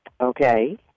Okay